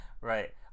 right